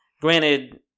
granted